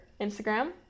Instagram